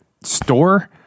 store